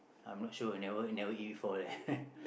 I'm not sure when I never never eat before eh